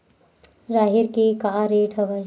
राहेर के का रेट हवय?